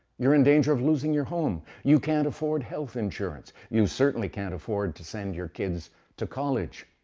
you're in danger of losing your home. you can't afford health insurance. you certainly can't afford to send your kids to college.